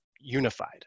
unified